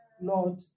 Lord